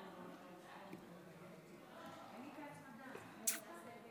האמת שהחוק הזה סוף-סוף